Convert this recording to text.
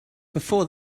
before